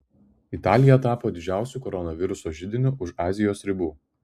italija tapo didžiausiu koronaviruso židiniu už azijos ribų